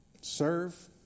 Serve